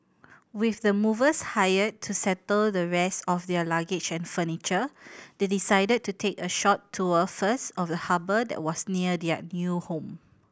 with the movers hired to settle the rest of their luggage and furniture they decided to take a short tour first of the harbour that was near their new home